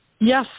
Yes